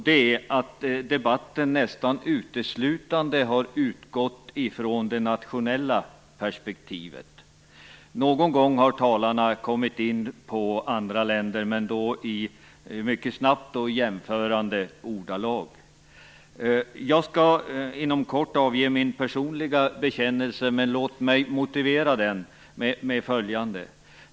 Debatten har nästan uteslutande har utgått från det nationella perspektivet. Någon gång har talarna kommit in på andra länder, men då mycket snabbt och i jämförande ordalag. Jag skall inom kort avge min personliga bekännelse. Men låt mig först motivera den med följande.